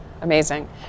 Amazing